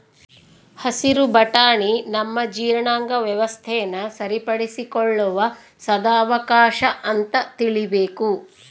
ಹಸಿರು ಬಟಾಣಿ ನಮ್ಮ ಜೀರ್ಣಾಂಗ ವ್ಯವಸ್ಥೆನ ಸರಿಪಡಿಸಿಕೊಳ್ಳುವ ಸದಾವಕಾಶ ಅಂತ ತಿಳೀಬೇಕು